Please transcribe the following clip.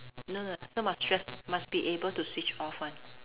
no no so must stress must be able to switch off [one]